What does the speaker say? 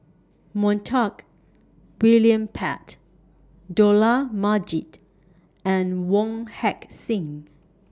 Montague William Pett Dollah Majid and Wong Heck Sing